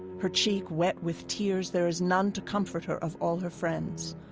her cheek wet with tears. there is none to comfort her of all her friends,